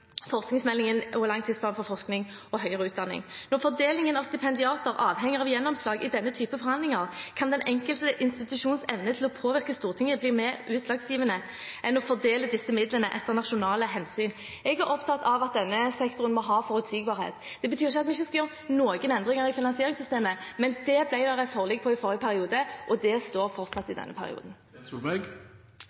Forskningsmeldingen og Langtidsplan for forskning og høyere utdanning . Når fordelingen av stipendiater avhenger av gjennomslag i denne type forhandlinger, kan den enkelte institusjons evne til å påvirke Stortinget bli mer utslagsgivende enn å fordele disse midlene etter nasjonale hensyn.» Jeg er opptatt av at denne sektoren må ha forutsigbarhet. Det betyr ikke at vi ikke skal gjøre noen endringer i finansieringssystemet. Men dette ble det et forlik om i forrige periode, og det står fortsatt i denne